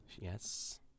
yes